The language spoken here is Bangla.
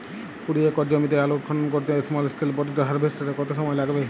কুড়ি একর জমিতে আলুর খনন করতে স্মল স্কেল পটেটো হারভেস্টারের কত সময় লাগবে?